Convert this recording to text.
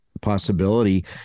Possibility